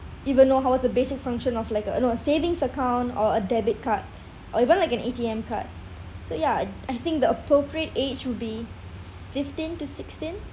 even know how the basic function of like uh you know a savings account or a debit card or even like an A_T_M card so ya I t~ I think the appropriate age would be fifteen to sixteen